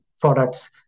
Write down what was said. products